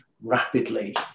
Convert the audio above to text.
rapidly